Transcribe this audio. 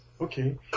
Okay